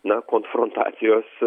na konfrontacijos